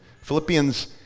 Philippians